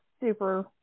Super